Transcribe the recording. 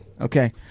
okay